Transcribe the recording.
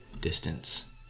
distance